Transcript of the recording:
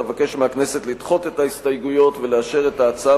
אבקש מהכנסת לדחות את ההסתייגויות ולאשר את ההצעה